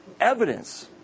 evidence